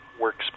works